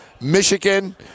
Michigan